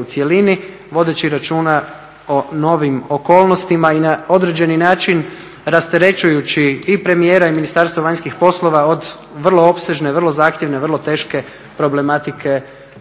u cjelini vodeći računa o novim okolnostima i na određeni način rasterećujući i premijera i Ministarstvo vanjskih poslova od vrlo opsežne, vrlo zahtjevne, vrlo teške problematike EU.